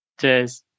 Cheers